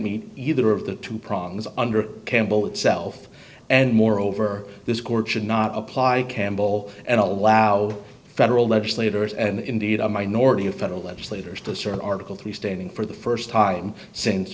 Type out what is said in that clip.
meet either of the two prongs under campbell itself and moreover this court should not apply campbell and allow federal legislators and indeed a minority of federal legislators to assert article three standing for the st time since